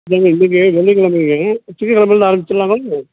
இல்லைங்க இன்றைக்கி வெள்ளிக் கெழமங்க திங்கள் கெழமைலேருந்து ஆரம்பிச்சுட்லாமாங்குமாங்க